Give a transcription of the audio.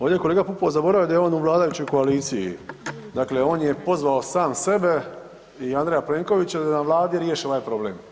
Ovdje je kolega Pupovac zaboravio da je on u vladajućoj koaliciji, dakle on je pozvao sam sebe i Andreja Plenkovića da na vladi riješe ovaj problem.